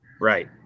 Right